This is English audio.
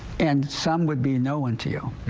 and some would be no one to you.